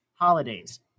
holidays